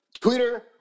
Twitter